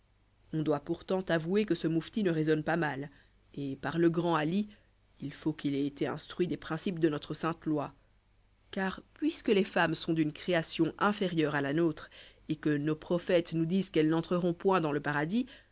on doit pourtant avouer que ce moufti ne raisonne pas mal et par le grand ali il faut qu'il ait été instruit des principes de notre sainte loi car puisque les femmes sont d'une création inférieure à la nôtre et que nos prophètes nous disent qu'elles n'entreront point dans le paradis